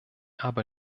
aber